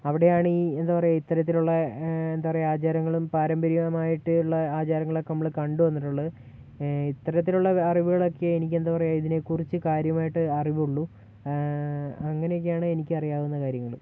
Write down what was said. അവിടെയാണീ എന്താ പറയുക ഇത്തരത്തിലുള്ള എന്താ പറയുക ആചാരങ്ങളും പാരമ്പര്യമായിട്ട് ഉള്ള ആചാരങ്ങളൊക്കെ നമ്മൾ കണ്ടു വന്നിട്ടുള്ളത് ഇത്തരത്തിലുള്ള അറിവുകളൊക്കെ എനിക്ക് എന്താ പറയുക ഇതിനെക്കുറിച്ച് കാര്യമായിട്ട് അറിവുള്ളു അങ്ങനെയൊക്കെയാണ് എനിക്ക് അറിയാവുന്ന കാര്യങ്ങൾ